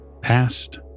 Past